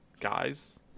guys